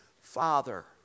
father